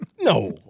No